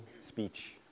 speech